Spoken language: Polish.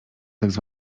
tzw